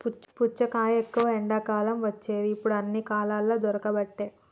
పుచ్చకాయ ఎక్కువ ఎండాకాలం వచ్చేది ఇప్పుడు అన్ని కాలాలల్ల దొరుకబట్టె